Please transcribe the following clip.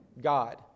god